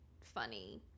funny